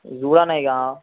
చూడన్న ఇక